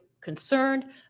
concerned